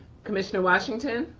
commissioner washington.